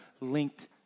linked